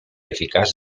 eficaç